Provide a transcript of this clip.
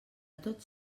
tots